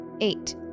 Eight